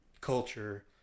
culture